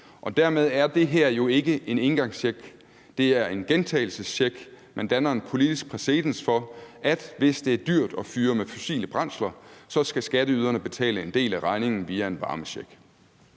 Dermed er det her jo ikke en engangscheck, det er en gentagelsescheck. Man danner en politisk præcedens for, at hvis det er dyrt at fyre med fossile brændsler, så skal skatteyderne betale en del af regningen via en varmecheck.